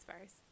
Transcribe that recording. first